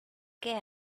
qué